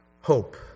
Hope